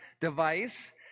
device